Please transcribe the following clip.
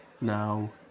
now